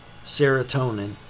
serotonin